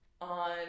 on